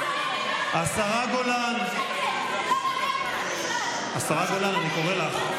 השרה גולן, השרה גולן, אני קורא לך.